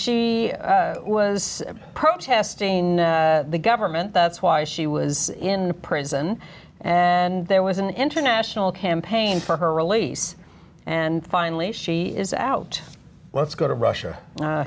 e was protesting the government that's why she was in prison and there was an international campaign for her release and finally she is out let's go to russia a